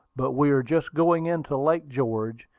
but we are just going into lake george,